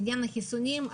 לגבי החיסונים,